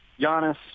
Giannis